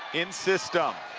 in system